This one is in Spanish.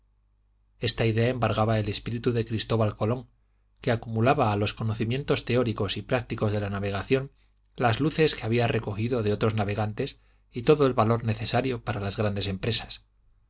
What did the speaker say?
esta idea embargaba el espíritu de cristóbal colón que acumulaba a los conocimientos teóricos y prácticos de la navegación las luces que había recogido de otros navegantes y todo el valor necesario para las grandes empresas